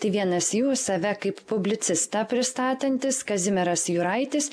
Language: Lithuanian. tai vienas jų save kaip publicistą pristatantis kazimieras juraitis